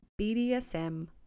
BDSM